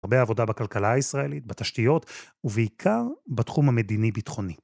הרבה עבודה בכלכלה הישראלית, בתשתיות, ובעיקר בתחום המדיני-ביטחוני.